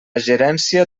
gerència